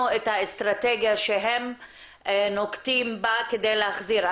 את האסטרטגיה שהם נוקטים בה כדי להחזיר.